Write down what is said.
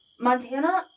Montana